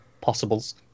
possibles